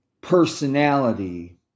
personality